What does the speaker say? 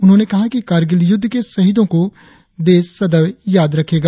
उन्होंने कहा कि कारगिल युद्ध के शहीदों को हमारा देश सदैव याद रखेगा